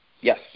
Yes